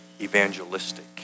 evangelistic